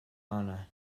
anna